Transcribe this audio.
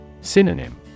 Synonym